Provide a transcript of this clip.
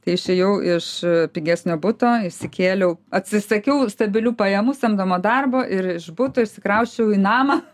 kai išėjau iš pigesnio buto išsikėliau atsisakiau stabilių pajamų samdomo darbo ir iš buto išsikrausčiau į namą